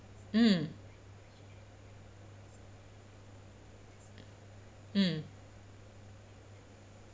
mm mm